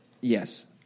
Yes